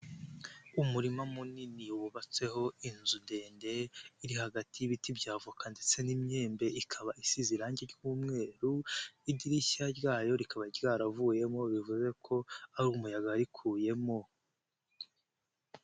Umurima munini wubatseho inzu ndende iri hagati y'ibiti bya avoka ndetse n'imyembe ikaba isize irangi ry'umweru, idirishya ryayo rikaba ryaravuyemo bivuze ko ari umuyaga warikuyemo.